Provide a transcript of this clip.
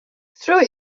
through